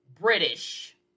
British